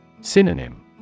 Synonym